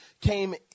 came